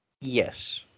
Yes